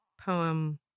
poem